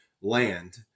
land